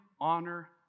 honor